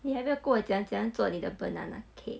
你还没有跟我讲这样做你的 banana cake